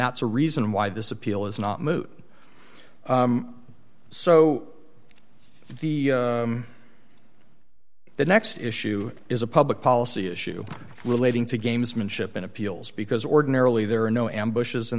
that's a reason why this appeal is not moot so the the next issue is a public policy issue relating to gamesmanship and appeals because ordinarily there are no ambushes